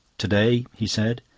to-day, he said,